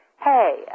hey